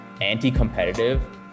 anti-competitive